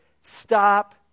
Stop